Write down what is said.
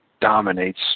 dominates